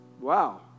Wow